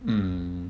mm